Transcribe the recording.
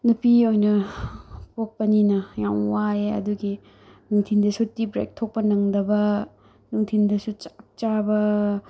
ꯅꯨꯄꯤ ꯑꯣꯏꯅ ꯄꯣꯛꯄꯅꯤꯅ ꯌꯥꯝ ꯋꯥꯏꯑꯦ ꯑꯗꯨꯒꯤ ꯅꯨꯡꯊꯤꯟꯗꯁꯨ ꯇꯤ ꯕ꯭ꯔꯦꯛ ꯊꯣꯛꯄ ꯅꯪꯗꯕ ꯅꯨꯡꯊꯤꯟꯗꯁꯨ ꯆꯥꯛ ꯆꯥꯕ